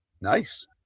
Nice